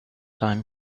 time